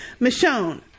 Michonne